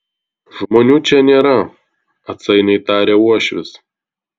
žmonių čia nėra atsainiai tarė uošvis